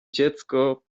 dziecko